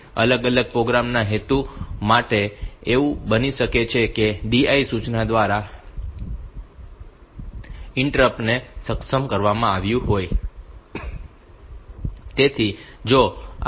અલગ અલગ પ્રોગ્રામ ના હેતુ માટે એવું બની શકે છે કે DI સૂચના દ્વારા ઈન્ટરપ્ટ ને સક્ષમ કરવામાં આવ્યું હોય